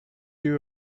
you